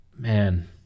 Man